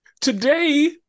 today